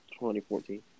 2014